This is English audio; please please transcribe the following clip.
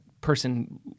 person